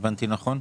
זה?